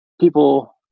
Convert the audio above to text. people